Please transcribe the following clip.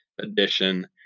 edition